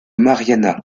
marianna